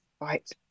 Right